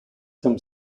tim